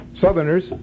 Southerners